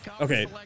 Okay